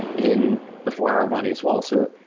in the four hour body as well. so,